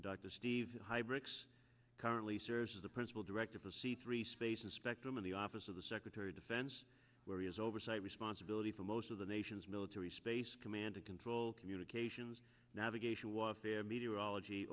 dr steve huybrechts currently serves as the principal director of a c three space and spectrum of the office of the secretary of defense where he has oversight responsibility for most of the nation's military space command and control communications navigation was there meteorology